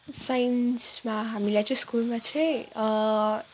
साइन्समा हामीलाई चाहिँ स्कुलमा चाहिँ